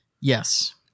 yes